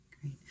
Great